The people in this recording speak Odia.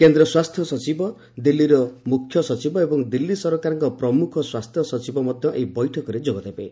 କେନ୍ଦ୍ର ସ୍ୱାସ୍ଥ୍ୟ ସଚିବ ଦିଲ୍ଲୀର ମୁଖ୍ୟ ସଚିବ ଏବଂ ଦିଲ୍ଲୀ ସରକାରଙ୍କ ପ୍ରମୁଖ ସ୍ୱାସ୍ଥ୍ୟ ସଚିବ ମଧ୍ୟ ଏହି ବୈଠକରେ ଯୋଗ ଦେବେ